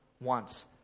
wants